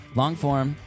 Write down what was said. long-form